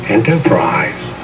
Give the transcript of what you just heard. Enterprise